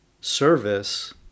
Service